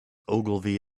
ogilvy